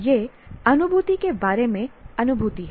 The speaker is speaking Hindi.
यह अनुभूति के बारे में अनुभूति है